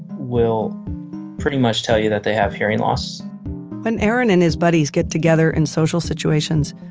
will pretty much tell you that they have hearing loss when aaron and his buddies get together in social situations,